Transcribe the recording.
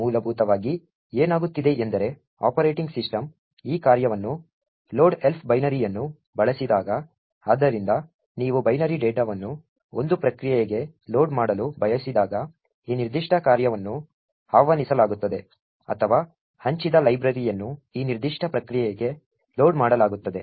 ಮೂಲಭೂತವಾಗಿ ಏನಾಗುತ್ತಿದೆ ಎಂದರೆ ಆಪರೇಟಿಂಗ್ ಸಿಸ್ಟಂ ಈ ಕಾರ್ಯವನ್ನು load elf binary ಯನ್ನು ಬಳಸಿದಾಗ ಆದ್ದರಿಂದ ನೀವು ಬೈನರಿ ಡೇಟಾವನ್ನು ಒಂದು ಪ್ರಕ್ರಿಯೆಗೆ ಲೋಡ್ ಮಾಡಲು ಬಯಸಿದಾಗ ಈ ನಿರ್ದಿಷ್ಟ ಕಾರ್ಯವನ್ನು ಆಹ್ವಾನಿಸಲಾಗುತ್ತದೆ ಅಥವಾ ಹಂಚಿದ ಲೈಬ್ರರಿಯನ್ನು ನಿರ್ದಿಷ್ಟ ಪ್ರಕ್ರಿಯೆಗೆ ಲೋಡ್ ಮಾಡಲಾಗುತ್ತದೆ